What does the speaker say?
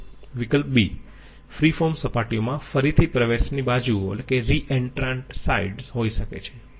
વિકલ્પ b free form સપાટીઓમાં ફરીથી પ્રવેશની બાજુઓ હોઈ શકે છે